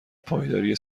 پایداری